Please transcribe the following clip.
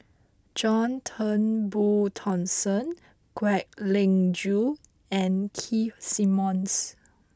John Turnbull Thomson Kwek Leng Joo and Keith Simmons